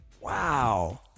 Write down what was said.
Wow